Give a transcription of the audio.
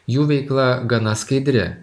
jų veikla gana skaidri